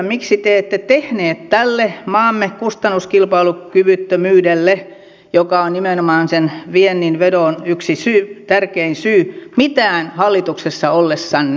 miksi te ette tehneet mitään tälle maamme kustannuskilpailukyvyttömyydelle joka on nimenomaan sen viennin huonon vedon yksi tärkein syy hallituksessa ollessanne